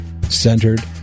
centered